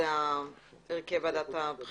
זה לא מקסימום.